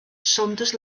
saunders